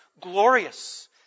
glorious